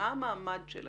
מה המעמד שלהם?